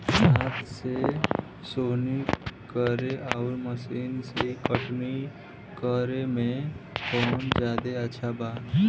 हाथ से सोहनी करे आउर मशीन से कटनी करे मे कौन जादे अच्छा बा?